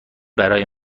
برای